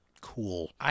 cool